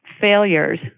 failures